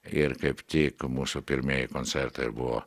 ir kaip tik mūsų pirmieji koncertai ir buvo